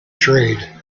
trade